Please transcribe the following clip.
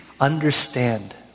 understand